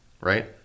right